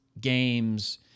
games